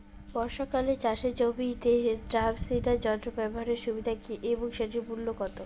বর্ষাকালে চাষের জমিতে ড্রাম সিডার যন্ত্র ব্যবহারের সুবিধা কী এবং সেটির মূল্য কত?